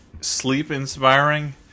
sleep-inspiring